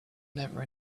never